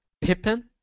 Pippin